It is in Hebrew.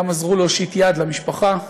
גם עזרו להושיט יד למשפחה.